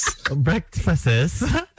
Breakfasts